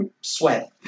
sweat